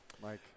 Mike